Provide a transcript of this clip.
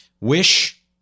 wish